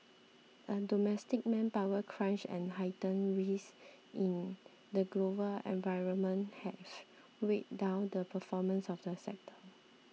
a domestic manpower crunch and heightened risk in the global environment have weighed down the performance of the sector